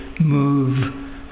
move